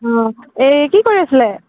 এই কি কৰি আছিলে